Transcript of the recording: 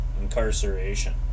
Incarceration